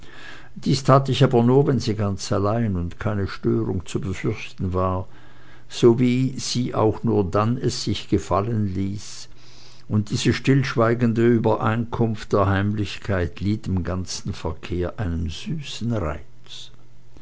dies tat ich aber nur wenn sie ganz allein und keine störung zu befürchten war so wie sie auch nur dann es sich gefallen ließ und diese stillschweigende übereinkunft der heimlichkeit lieh dem ganzen verkehre einen süßen reiz